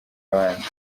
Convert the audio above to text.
abandi